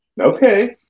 Okay